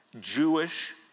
Jewish